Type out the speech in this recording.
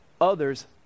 others